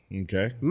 Okay